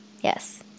Yes